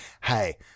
hey